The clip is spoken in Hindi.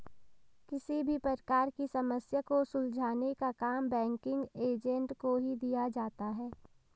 किसी भी प्रकार की समस्या को सुलझाने का काम बैंकिंग एजेंट को ही दिया जाता है